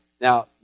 Now